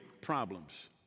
problems